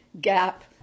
gap